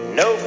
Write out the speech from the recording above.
no